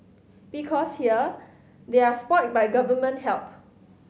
because here they are spoilt by government help